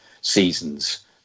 seasons